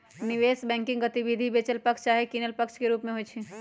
निवेश बैंकिंग गतिविधि बेचल पक्ष चाहे किनल पक्ष के रूप में होइ छइ